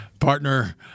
partner